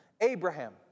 Abraham